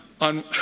on